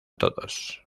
todos